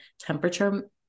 temperature